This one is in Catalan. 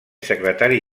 secretari